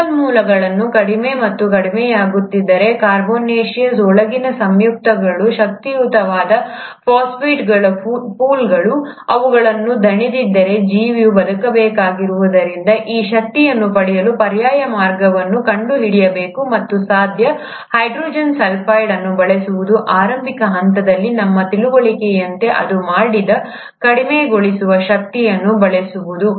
ಸಂಪನ್ಮೂಲಗಳು ಕಡಿಮೆ ಮತ್ತು ಕಡಿಮೆಯಾಗುತ್ತಿದ್ದರೆ ಕಾರ್ಬೊನೇಸಿಯಸ್ ಒಳಗಿನ ಸಂಯುಕ್ತಗಳು ಶಕ್ತಿಯುತವಾದ ಫಾಸ್ಫೇಟ್ಗಳ ಪೂಲ್ ಅವುಗಳು ದಣಿದಿದ್ದರೆ ಜೀವಿಯು ಬದುಕಬೇಕಾಗಿರುವುದರಿಂದ ಈ ಶಕ್ತಿಯನ್ನು ಪಡೆಯಲು ಪರ್ಯಾಯ ಮಾರ್ಗವನ್ನು ಕಂಡುಹಿಡಿಯಬೇಕು ಮತ್ತು ಸಾಧ್ಯ ಹೈಡ್ರೋಜನ್ ಸಲ್ಫೈಡ್ ಅನ್ನು ಬಳಸುವ ಆರಂಭಿಕ ಹಂತಗಳಲ್ಲಿ ನಮ್ಮ ತಿಳುವಳಿಕೆಯಂತೆ ಅದು ಮಾಡಿದ ಕಡಿಮೆಗೊಳಿಸುವ ಶಕ್ತಿಯನ್ನು ಬಳಸುವುದು